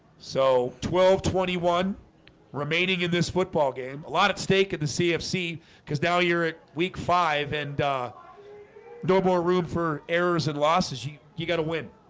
so twelve twenty one remaining in this football game a lot at stake at the cfc because now you're at week five and no more room for errors and losses. you you got a win.